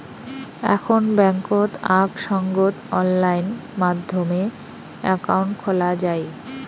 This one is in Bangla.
এখন বেংকত আক সঙ্গত অনলাইন মাধ্যমে একাউন্ট খোলা যাই